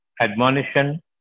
admonition